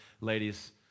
Ladies